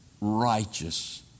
righteous